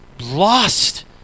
lost